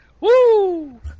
Woo